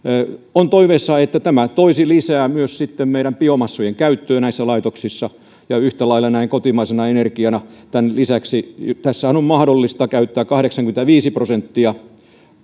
on toiveissa että tämä toisi lisää myös sitten meidän biomassojen käyttöä näissä laitoksissa ja yhtä laillahan näin kotimaisena energiana tämän lisäksi tässä on mahdollista käyttää kahdeksankymmentäviisi prosenttia